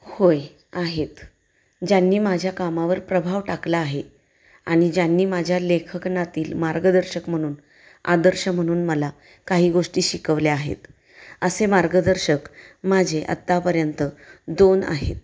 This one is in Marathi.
होय आहेत ज्यांनी माझ्या कामावर प्रभाव टाकला आहे आणिज्यांनी माझ्या लेखणातील मार्गदर्शक म्हणून आदर्श म्हणून मला काही गोष्टी शिकवल्या आहेत असे मार्गदर्शक माझे आत्तापर्यंत दोन आहेत